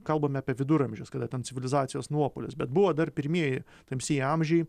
kalbame apie viduramžius kada ten civilizacijos nuopuolis bet buvo dar pirmieji tamsieji amžiai